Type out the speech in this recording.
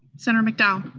senator mcdowell?